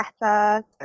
better